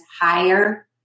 higher